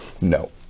no